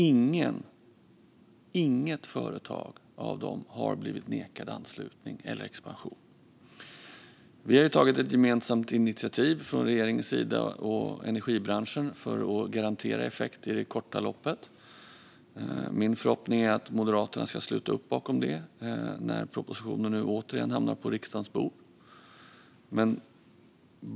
Inget av de företagen har blivit nekade anslutning eller expansion. Vi har tagit ett gemensamt initiativ från regeringens och energibranschens sida för att garantera effekt på kort sikt. Min förhoppning är att Moderaterna ska sluta upp bakom det när propositionen nu återigen hamnar på riksdagens bord.